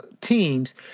teams